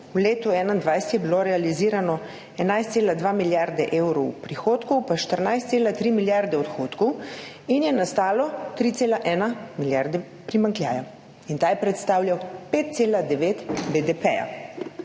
v letu 2021 je bilo realiziranih 11,2 milijarde evrov prihodkov pa 14,3 milijarde odhodkov in je nastalo 3,1 milijarde primanjkljaja in ta je predstavljal 5,9 BDP.